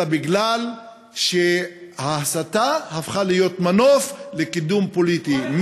אלא משום שההסתה הפכה להיות מנוף לקידום פוליטי,